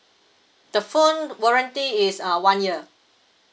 the phone warranty is uh one year